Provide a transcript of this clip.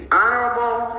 honorable